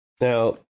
Now